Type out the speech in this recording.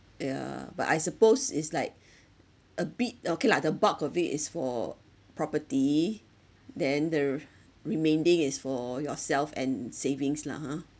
yeah but I suppose is like a bit okay lah the bulk of it is for property then the r~ remaining is for yourself and savings lah ha